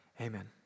Amen